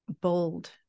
bold